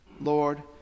lord